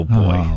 boy